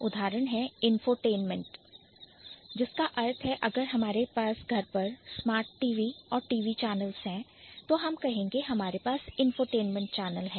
उदाहरण है Infotainment infotainment जिसका अर्थ है कि अगर हमारे पास घर पर Smart TV और TV Channels है तो हम कहेंगे हमारे पास इन्फोटेनमेंट चैनल है